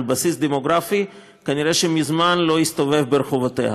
בסיס דמוגרפי כנראה מזמן לא הסתובב ברחובותיה.